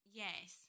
yes